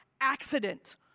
accident